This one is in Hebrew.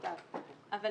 דרך אגב,